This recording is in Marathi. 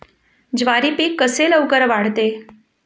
ज्वारी पीक कसे लवकर वाढते?